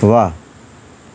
वाह